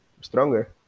stronger